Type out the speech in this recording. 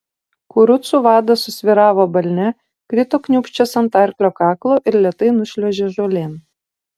kurucų vadas susvyravo balne krito kniūbsčias ant arklio kaklo ir lėtai nušliuožė žolėn